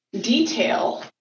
detail